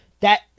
That-